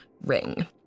ring